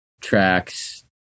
tracks